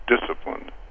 disciplined